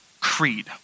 creed